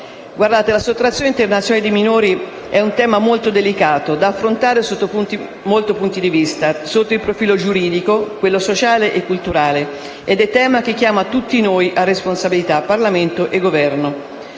La sottrazione internazionale di minori è un tema molto delicato da affrontare sotto molti punti di vista: sotto i profili giuridico, sociale e culturale. È un tema che chiama tutti noi a delle responsabilità, Parlamento e Governo.